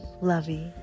lovey